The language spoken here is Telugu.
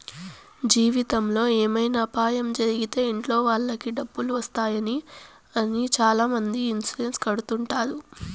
జీవితంలో ఏమైనా అపాయం జరిగితే ఇంట్లో వాళ్ళకి డబ్బులు వస్తాయి అని చాలామంది ఇన్సూరెన్స్ కడుతుంటారు